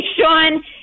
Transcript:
Sean